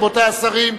רבותי השרים,